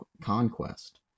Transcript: conquest